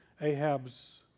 Ahab's